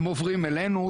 הם עוברים אלינו,